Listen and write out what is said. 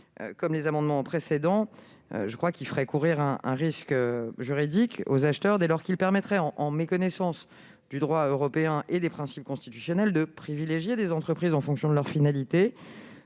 de l'amendement n° 1490 ferait, elle aussi, courir un risque juridique aux acheteurs dès lors que cela permettrait, en méconnaissance du droit européen et des principes constitutionnels, de privilégier des entreprises en fonction de leur finalité,